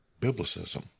Biblicism